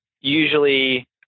usually